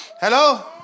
Hello